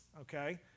okay